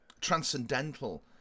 transcendental